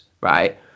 Right